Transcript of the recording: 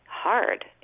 hard